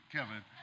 Kevin